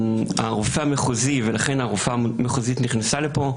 הרופא המחוזי, ולכן הרופאה המחוזית נכנסה לפה.